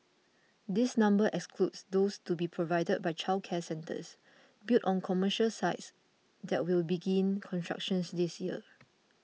this number excludes those to be provided by childcare centres built on commercial sites that will begin constructions this year